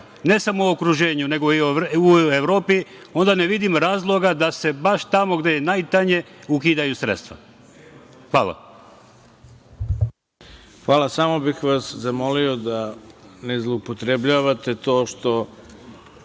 ne samo u okruženju, nego i u Evropi, onda ne vidim razloga da se baš tamo gde je najtanje ukidaju sredstva. Hvala. **Ivica Dačić** Hvala. Samo bih vas zamolio da ne zloupotrebljavate to što